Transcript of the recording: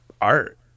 art